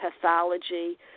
pathology